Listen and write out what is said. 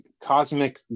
cosmic